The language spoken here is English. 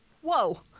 whoa